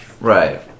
Right